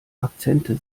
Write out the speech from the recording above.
akzente